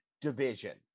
division